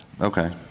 Okay